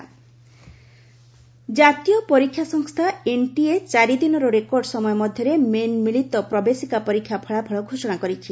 କେଇଇ main result ଜାତୀୟ ପରୀକ୍ଷା ସଂସ୍ଥା ଏନ୍ଟିଏ ଚାରି ଦିନର ରେକର୍ଡ ସମୟ ମଧ୍ୟରେ ମେନ୍ ମିଳିତ ପ୍ରବେଶିକା ପରୀକ୍ଷା ଫଳାଫଳ ଘୋଷଣା କରିଛି